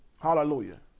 Hallelujah